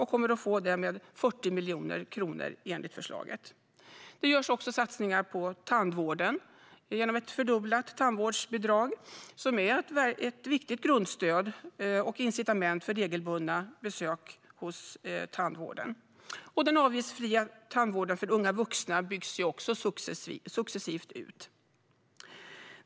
De kommer att få ett anslag på 40 miljoner kronor, enligt förslaget. Det görs satsningar på tandvården genom ett fördubblat tandvårdsbidrag. Det är ett viktigt grundstöd och incitament för regelbundna besök hos tandvården. Den avgiftsfria tandvården för unga vuxna byggs successivt ut.